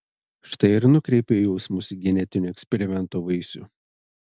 štai ir nukreipei jausmus į genetinio eksperimento vaisių